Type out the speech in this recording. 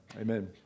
Amen